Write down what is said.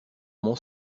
mon